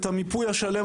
את המיפוי השלם,